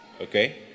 Okay